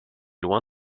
loin